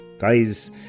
Guys